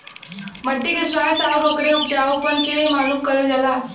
मट्टी के स्वास्थ्य आउर ओकरे उपजाऊपन के मालूम करल जाला